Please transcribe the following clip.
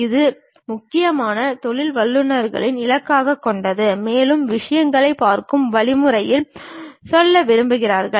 இது முக்கியமாக தொழில் வல்லுநர்களை இலக்காகக் கொண்டது மேலும் விஷயங்களைப் பார்க்கும் வழிமுறைக்கு செல்ல விரும்புபவர்கள்